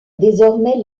désormais